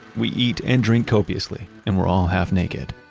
we eat and drink copiously and we're all half-naked.